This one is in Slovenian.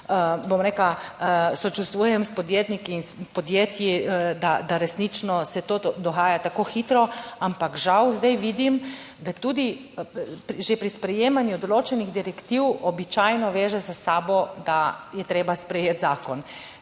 sočustvujem s podjetniki in s podjetji, da resnično se to dogaja tako hitro, ampak žal zdaj vidim, da tudi že pri sprejemanju določenih direktiv običajno veže za sabo, da je treba sprejeti zakon.